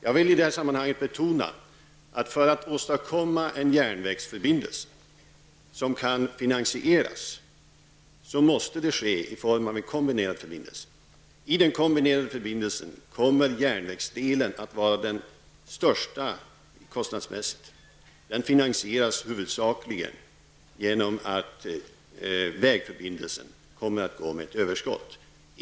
Jag vill i detta sammanhang betona att om man skall åstadkomma en järnvägsförbindelse som kan finansieras, så måste det ske i form av en kombinerad förbindelse. I den kombinerade förbindelsen kommer järnvägsdelen att vara den kostnadsmässigt största. Den finansieras huvudsakligen genom att vägförbindelsen kommer att gå med överskott.